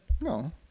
No